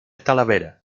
talavera